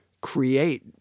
create